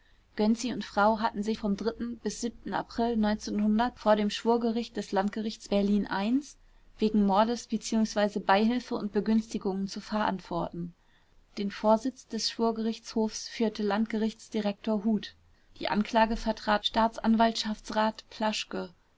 gönczi und frau hatten sich vom bis april vor dem schwurgericht des landgerichts berlin i wegen mordes bzw beihilfe und begünstigung zu verantworten den vorsitz des schwurgerichtshofs führte landgerichtsdirektor huth die anklage vertrat staatsanwaltschaftsrat plaschke